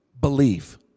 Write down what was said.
believe